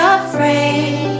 afraid